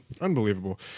Unbelievable